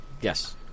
Yes